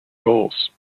goals